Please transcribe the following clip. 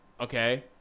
Okay